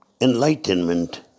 enlightenment